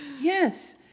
yes